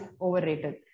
overrated